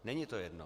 Není to jedno.